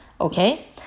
Okay